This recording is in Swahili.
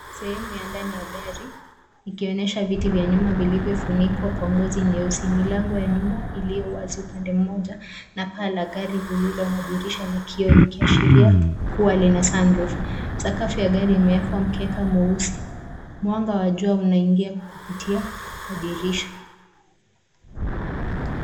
Sehemu ya ndani ya gari ikionyesha viti vya nyuma vilivyofunikwa kwa ngozi nyeusi. Milango ya nyuma iliyowazi pande moja na paa la gari lililo na kioo likiashiria kuwa lina sun roof . Sakafu ya gari imewekwa mkeka mweusi. Mwanga wa jua unaingia kupitia kwa dirisha.